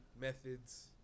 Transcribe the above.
methods